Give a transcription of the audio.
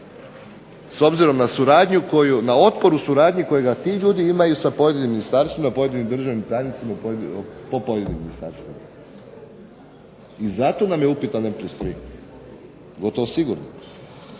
koju, na otpor u suradnji kojega ti ljudi imaju sa pojedinim ministarstvima, pojedinim državnim tajnicima po pojedinim ministarstvima. I zato nam je upitan N plus tri, gotovo sigurno.